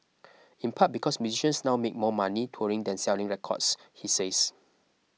in part because musicians now make more money touring than selling records he says